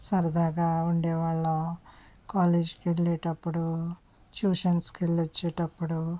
సరదాగా ఉండే వాళ్ళము కాలేజీకి వెళ్లేటప్పుడు ట్యూషన్స్కి వెళ్లి వచ్చేటప్పుడు